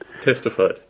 Testified